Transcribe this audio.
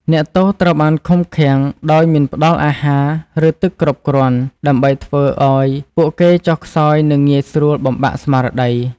អ្នកទោសត្រូវបានឃុំឃាំងដោយមិនផ្ដល់អាហារឬទឹកគ្រប់គ្រាន់ដើម្បីធ្វើឱ្យពួកគេចុះខ្សោយនិងងាយស្រួលបំបាក់ស្មារតី។